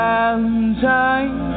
Valentine